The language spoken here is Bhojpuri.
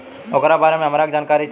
ओकरा बारे मे हमरा के जानकारी चाही?